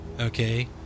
Okay